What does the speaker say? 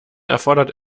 erfordert